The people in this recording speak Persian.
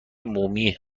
مومی